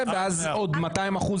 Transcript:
עמותה שמטרתה היא מימוש